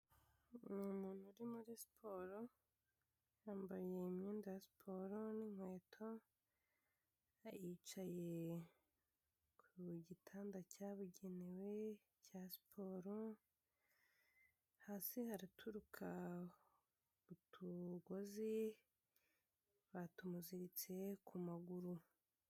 Ni umuntu uri muri siporo, yambaye imyenda ya siporo n'inkweto, yicaye ku gitanda cyabugenewe cya siporo, hasi haraturuka utugozi batumuziritse ku maguru.